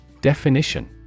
Definition